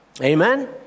Amen